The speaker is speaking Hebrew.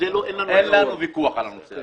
אין לנו ויכוח על הנושא הזה.